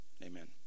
Amen